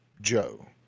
Joe